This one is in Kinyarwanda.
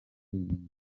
inyuma